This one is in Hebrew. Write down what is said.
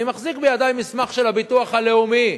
אני מחזיק בידי מסמך של הביטוח הלאומי.